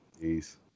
Peace